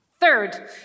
Third